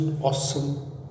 awesome